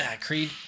Creed